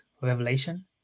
revelation